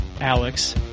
Alex